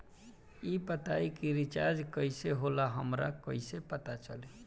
ई बताई कि रिचार्ज कइसे होला हमरा कइसे पता चली?